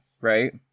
right